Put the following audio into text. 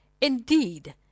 Indeed